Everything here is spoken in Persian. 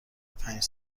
پنج